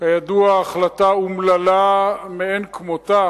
כידוע החלטה אומללה מאין כמותה,